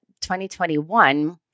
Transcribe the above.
2021